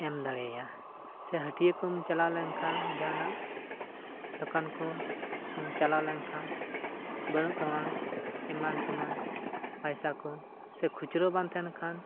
ᱮᱢ ᱫᱟᱲᱮ ᱟᱭᱟ ᱥᱮ ᱦᱟᱹᱴᱤᱭᱟᱹ ᱠᱚᱢ ᱪᱟᱞᱟᱣ ᱞᱮᱱᱠᱷᱟᱱ ᱡᱟᱦᱟᱱᱟᱜ ᱫᱳᱠᱟᱱ ᱠᱚᱢ ᱪᱟᱞᱟᱣ ᱞᱮᱱᱠᱷᱟᱱ ᱵᱟᱹᱱᱩᱜ ᱛᱟᱢᱟ ᱮᱢᱟᱱ ᱛᱮᱢᱟᱱ ᱯᱚᱭᱥᱟ ᱠᱚ ᱥᱮ ᱠᱷᱩᱪᱨᱟᱹ ᱵᱟᱝ ᱛᱟᱦᱮᱱ ᱠᱷᱟᱱ